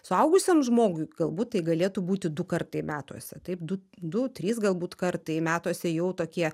suaugusiam žmogui galbūt tai galėtų būti du kartai metuose taip du du trys galbūt kartai metuose jau tokie